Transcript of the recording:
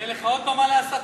שתהיה לך עוד במה להסתה?